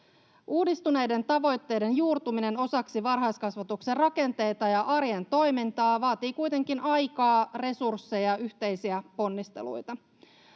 Uudistuneiden tavoitteiden juurtuminen osaksi varhaiskasvatuksen rakenteita ja arjen toimintaa vaatii kuitenkin aikaa, resursseja ja yhteisiä ponnisteluita.